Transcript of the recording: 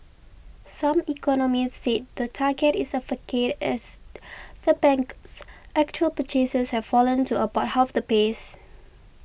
some economists said the target is a facade as the bank's actual purchases have fallen to about half that pace